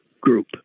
group